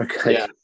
Okay